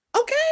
Okay